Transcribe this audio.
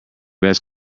best